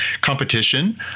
competition